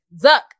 Zuck